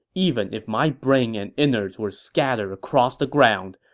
even if my brain and innards were scattered across the ground,